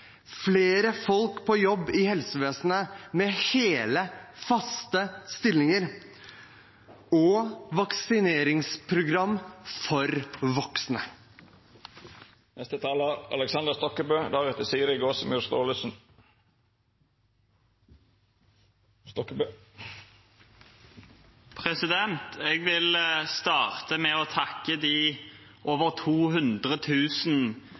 flere folk på jobb i helsevesenet med hele, faste stillinger og vaksineringsprogram for voksne. Jeg vil starte med å takke de over 200 000 fagfolkene som jobber i vår største næring. De